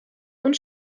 und